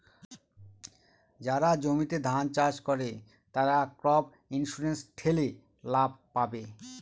যারা জমিতে ধান চাষ করে, তারা ক্রপ ইন্সুরেন্স ঠেলে লাভ পাবে